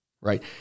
right